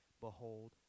behold